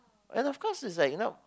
and of course is like you know